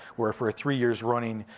where for three years running,